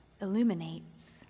illuminates